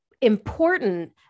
important